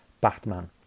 Batman